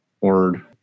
word